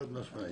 חד משמעית.